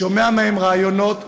שומע מהם רעיונות,